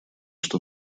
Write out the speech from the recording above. что